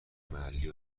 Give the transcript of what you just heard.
محلی